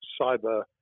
cyber